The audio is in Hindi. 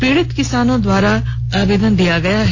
पीड़ित किसानों द्वारा आवेदन भी दिया गया है